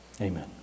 Amen